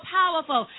powerful